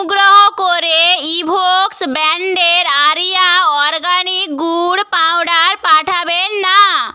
অনুগ্রহ করে ইভোকস ব্যান্ডের আরিয়া অরগ্যানিক গুড় পাউডার পাঠাবেন না